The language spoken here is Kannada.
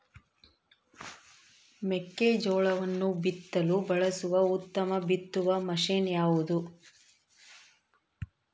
ಮೆಕ್ಕೆಜೋಳವನ್ನು ಬಿತ್ತಲು ಬಳಸುವ ಉತ್ತಮ ಬಿತ್ತುವ ಮಷೇನ್ ಯಾವುದು?